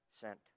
sent